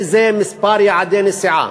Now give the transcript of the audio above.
אם זה מספר יעדי נסיעה,